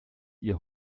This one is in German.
ihr